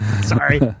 Sorry